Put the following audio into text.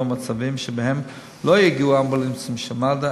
מצבים שבהם לא יגיעו אמבולנסים של מד"א,